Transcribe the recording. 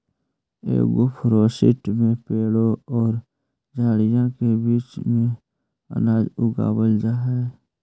agroforestry में पेड़ों और झाड़ियों के बीच में अनाज उगावाल जा हई